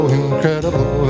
incredible